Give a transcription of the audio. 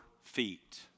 feet